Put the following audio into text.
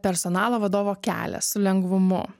personalo vadovo kelias su lengvumu